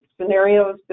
scenarios